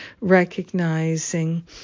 recognizing